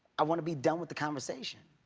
i want to be done with the conversation.